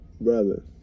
Brother